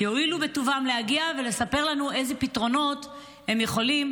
יואילו בטובם להגיע ולספר לנו איזה פתרונות הם יכולים